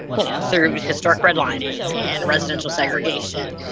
you know, through historic redlining and residential segregation.